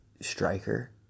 striker